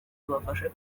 tubafashe